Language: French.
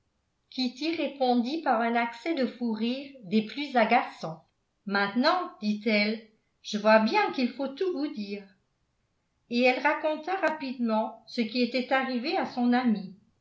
kitty répondit par un accès de fou rire des plus agaçants maintenant dit-elle je vois bien qu'il faut tout vous dire et elle raconta rapidement ce qui était arrivé à son ami